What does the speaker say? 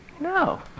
No